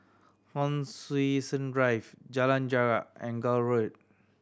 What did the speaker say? Hon Sui Sen Drive Jalan Jarak and Gul Road